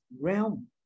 realm